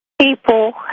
people